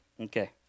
Okay